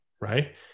Right